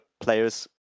players